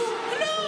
כלום.